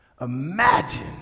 Imagine